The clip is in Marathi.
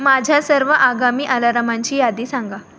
माझ्या सर्व आगामी अलारामांची यादी सांगा